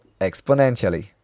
exponentially